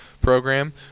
program